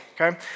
okay